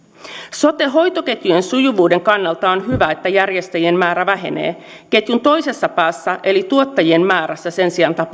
sote hoitoketjujen sujuvuuden kannalta on hyvä että järjestäjien määrä vähenee ketjun toisessa päässä eli tuottajien määrässä sen sijaan